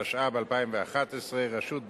התשע"ב 2011, רשות בין-לאומית,